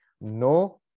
No